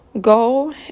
Go